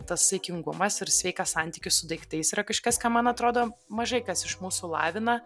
tas saikingumas ir sveikas santykis su daiktais yra kažkas ką man atrodo mažai kas iš mūsų lavina